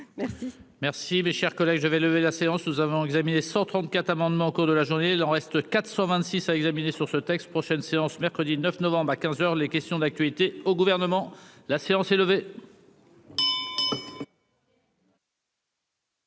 merci. Merci, mes chers collègues, je vais lever la séance, nous avons examiné 134 amendements au cours de la journée, il en reste 426 à examiner sur ce texte prochaine séance mercredi 9 novembre à 15 heures les questions d'actualité au gouvernement, la séance est levée.